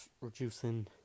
reducing